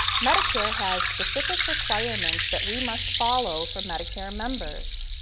medicare has specific requirements that we must follow for medicare members.